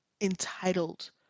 entitled